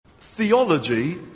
Theology